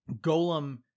golem